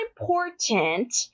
important